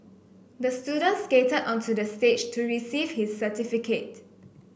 the student skated onto the stage to receive his certificate